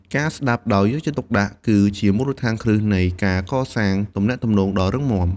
ការស្តាប់ដោយយកចិត្តទុកដាក់គឺជាមូលដ្ឋានគ្រឹះនៃការកសាងទំនាក់ទំនងដ៏រឹងមាំ។